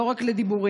לא רק לדיבורים.